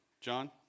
John